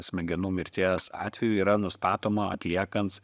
smegenų mirties atvejų yra nustatoma atliekant